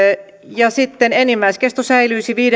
ja sitten enimmäiskesto säilyisi